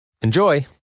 Enjoy